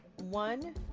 One